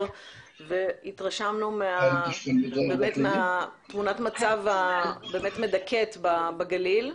והתרשמנו באמת מתמונת המצב המדכאת בגליל.